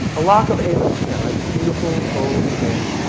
a lock of ava's hair. right? this beautiful, gold hair.